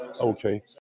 Okay